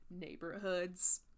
neighborhoods